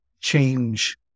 change